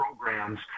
programs